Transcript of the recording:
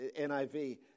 NIV